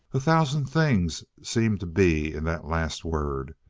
a thousand things seemed to be in that last word,